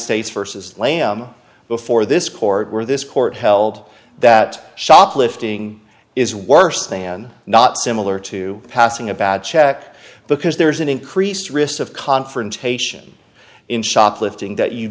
states versus lamb before this court where this court held that shoplifting is worse than not similar to passing a bad check because there's an increased risk of confrontation in shoplifting that you